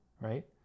Right